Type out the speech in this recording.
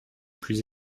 plus